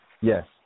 Yes